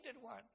one